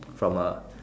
from a